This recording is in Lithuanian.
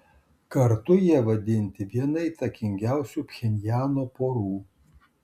kartu jie vadinti viena įtakingiausių pchenjano porų